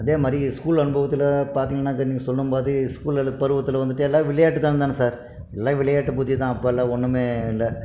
அதே மாதிரி ஸ்கூல் அனுபவத்தில் பார்த்திங்கன்னாக்கா நீங்கள் சொன்னா மாதிரி ஸ்கூல் பருவத்தில் வந்துட்டு எல்லா விளையாட்டுதானோதனே சார் எல்லா விளையாட்டு புத்திதான் அப்போல்லாம் ஒன்றுமே இல்லை